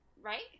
Right